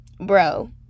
bro